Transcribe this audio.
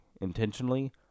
intentionally